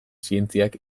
zientziak